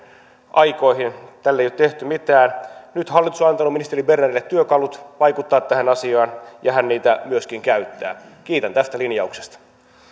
aikoihin tälle ei ole tehty mitään nyt hallitus on antanut ministeri bernerille työkalut vaikuttaa tähän asiaan ja hän niitä myöskin käyttää kiitän tästä linjauksesta